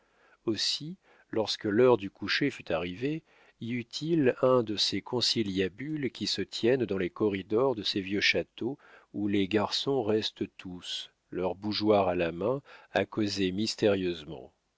aussi lorsque l'heure du coucher fut arrivée y eut-il un de ces conciliabules qui se tiennent dans les corridors de ces vieux châteaux où les garçons restent tous leur bougeoir à la main à causer mystérieusement